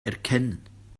erkennen